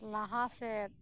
ᱞᱟᱦᱟ ᱥᱮᱫ